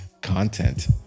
content